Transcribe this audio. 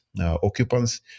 occupants